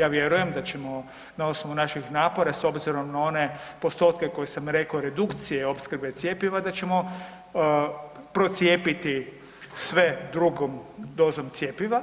Ja vjerujem da ćemo na osnovu naših napora s obzirom na one postotke koje sam rekao redukcije opskrbe cjepiva da ćemo procijepiti sve drugom dozom cjepiva